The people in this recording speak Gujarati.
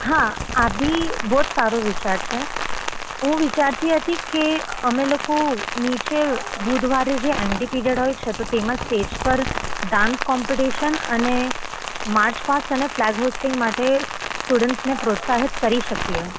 હા આભી બો જ સારું વિચાર છે હું વિચારતી હતી કે અમે લોકો નીચે બુધવારે જે એમટી પ્રિયડ હોય છે તેમાં સ્ટેજ પર ડાન્સ કૉપીટીશન અને માચ ફાંસ અને ફલા હોસ્ટીંગ માટે સ્ટુડન્ટને પ્રોત્સાહિત કરી શકીએ